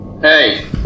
Hey